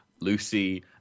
Lucy